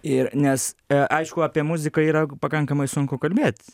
ir nes aišku apie muziką yra pakankamai sunku kalbėt